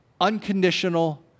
unconditional